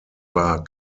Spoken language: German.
war